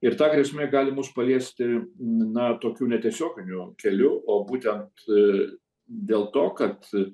ir ta grėsmė gali mus paliesti na tokiu netiesioginiu keliu o būtent dėl to kad